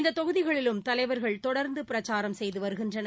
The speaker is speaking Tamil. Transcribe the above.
இந்த தொகுதிகளிலும் தலைவா்கள் தொடா்ந்து பிரச்சாரம் செய்து வருகிறா்கள்